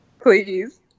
Please